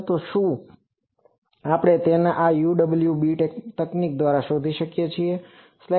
તો શું આપણે તેને આ UWB તકનીક દ્વારા શોધી શકીએ છીએ